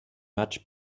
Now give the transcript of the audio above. much